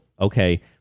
okay